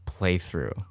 playthrough